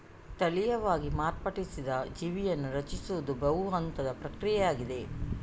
ತಳೀಯವಾಗಿ ಮಾರ್ಪಡಿಸಿದ ಜೀವಿಯನ್ನು ರಚಿಸುವುದು ಬಹು ಹಂತದ ಪ್ರಕ್ರಿಯೆಯಾಗಿದೆ